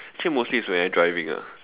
actually mostly it's when I driving ah